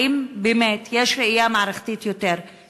האם באמת יש ראייה מערכתית רחבה יותר,